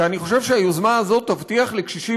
כי אני חושב שהיוזמה הזאת תבטיח לקשישים